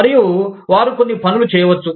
మరియు వారు కొన్ని పనులు చేయవచ్చు